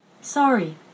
Sorry